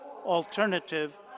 alternative